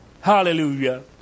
Hallelujah